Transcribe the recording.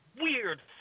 weird